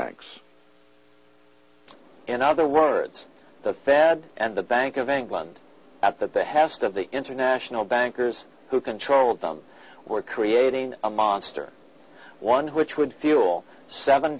banks in other words the fad and the bank of england at that the hast of the international bankers who control them were creating a monster one which would deal seven